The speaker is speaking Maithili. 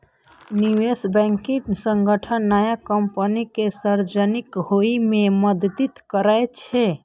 निवेश बैंकिंग संगठन नया कंपनी कें सार्वजनिक होइ मे मदति करै छै